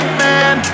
man